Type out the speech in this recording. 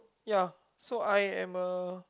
ya so I am a